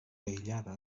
aïllada